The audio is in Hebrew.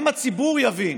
גם הציבור יבין